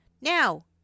now